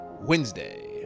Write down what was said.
wednesday